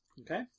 okay